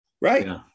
right